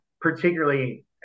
particularly